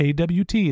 AWT